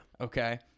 Okay